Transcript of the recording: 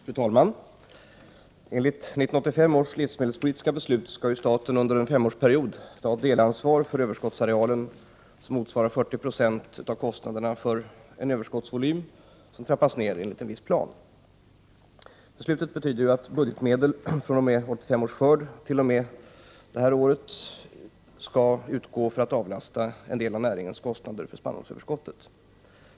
Fru talman! Enligt 1985 års livsmedelspolitiska beslut skall staten under en femårsperiod ta ett delansvar för överskottsarealen som motsvarar 40 96 av 33 kostnaderna för en överskottsvolym som trappas ned enligt en viss plan. Beslutet innebär att budgetmedel fr.o.m. 1985 års skörd t.o.m. 1989 års skörd skall utgå för att avlasta en del av näringens kostnader för spannmålsöverskottet.